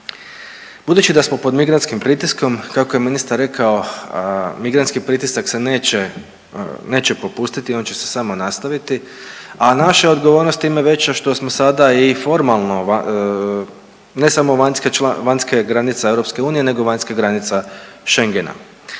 Budući da smo pod migrantskim pritiskom kako je ministar rekao migrantski pritisak se neće, neće popustiti on će se samo nastaviti, a naša je odgovornost time veća što smo sada i formalno ne samo vanjske granice EU, nego vanjska granica Schengena.